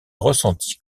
ressenti